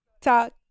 Talk